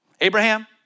Abraham